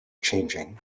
changing